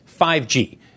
5G